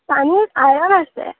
পানীত আইৰণ আছে